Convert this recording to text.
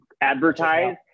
advertise